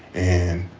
and,